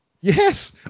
yes